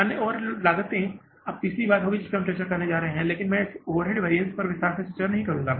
अन्य ओवरहेड्स की लागते अब तीसरी बात होगी जिस पर हम चर्चा करने जा रहे हैं लेकिन मैं इस ओवरहेड वैरिअन्स पर विस्तार से चर्चा नहीं करुंगा